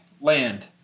land